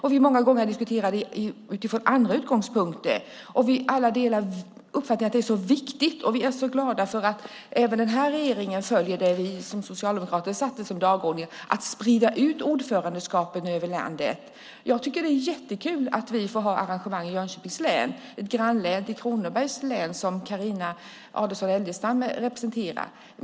Vi har många gånger diskuterat det utifrån andra utgångspunkter. Vi delar alla uppfattningen att det är mycket viktigt. Vi är så glada för att även denna regering följer den dagordning som vi socialdemokrater hade, nämligen att under ordförandeskapet sprida ut mötena över landet. Jag tycker att det är jättekul att vi får ha arrangemang i Jönköpings län, ett grannlän till Kronobergs län som Carina Adolfsson Elgestam representerar.